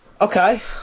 Okay